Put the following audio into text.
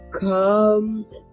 comes